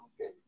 Okay